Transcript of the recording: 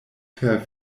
per